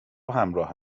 همراه